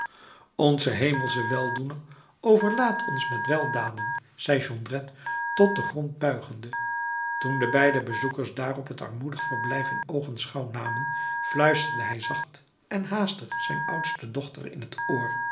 onze hemelsche weldoener overlaadt ons met weldaden zei jondrette tot den grond buigende toen de beide bezoekers daarop het armoedig verblijf in oogenschouw namen fluisterde hij zacht en haastig zijn oudste dochter in t oor